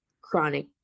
chronic